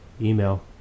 email